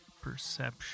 perception